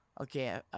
okay